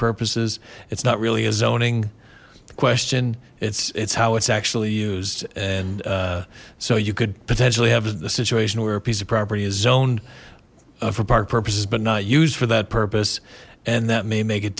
purposes it's not really a zoning question it's it's how it's actually used and so you could potentially have the situation where a piece of property is zoned for park purposes but not used for that purpose and that may make it